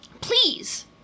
please